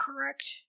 correct